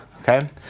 okay